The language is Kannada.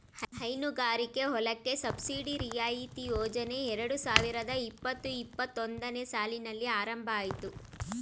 ಹೈನುಗಾರಿಕೆ ಹೊಲಕ್ಕೆ ಸಬ್ಸಿಡಿ ರಿಯಾಯಿತಿ ಯೋಜನೆ ಎರಡು ಸಾವಿರದ ಇಪ್ಪತು ಇಪ್ಪತ್ತೊಂದನೇ ಸಾಲಿನಲ್ಲಿ ಆರಂಭ ಅಯ್ತು